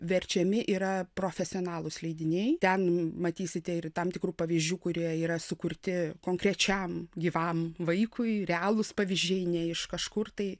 verčiami yra profesionalūs leidiniai ten matysite ir tam tikrų pavyzdžių kurie yra sukurti konkrečiam gyvam vaikui realūs pavyzdžiai ne iš kažkur tai